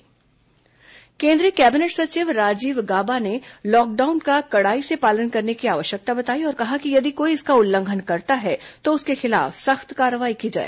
corona संक्रमण प्रबंधन केंद्रीय कैबिनेट सचिव राजीव गाबा ने लॉकडाउन का कड़ाई से पालन की आवश्यकता बताई और कहा कि यदि कोई इसका उल्लंघन करता है तो उसके खिलाफ सख्त कार्रवाई की जाए